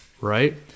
right